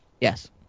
Yes